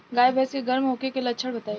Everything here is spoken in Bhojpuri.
गाय भैंस के गर्म होखे के लक्षण बताई?